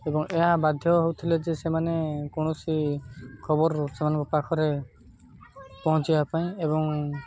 ଏବଂ ଏହା ବାଧ୍ୟ ହଉଥିଲେ ଯେ ସେମାନେ କୌଣସି ଖବର ସେମାନଙ୍କ ପାଖରେ ପହଞ୍ଚିବା ପାଇଁ ଏବଂ